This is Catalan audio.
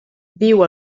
viu